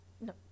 No